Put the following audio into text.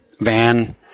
van